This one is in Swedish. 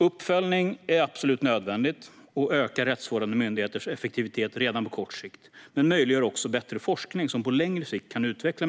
Uppföljning är absolut nödvändigt och ökar rättsvårdande myndigheters effektivitet redan på kort sikt men möjliggör också bättre forskning så att metoder kan utvecklas